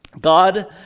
God